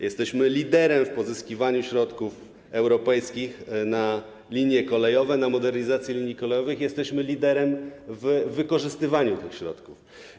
Jesteśmy liderem w pozyskiwaniu środków europejskich na linie kolejowe, na modernizację linii kolejowych, jesteśmy liderem w wykorzystywaniu tych środków.